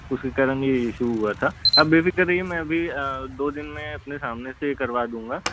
उसी कारण ये इश्यू हुआ था आप बेफिक्र रहिए मैं अभी दो दिन में अपने सामने से ये करवा दूँगा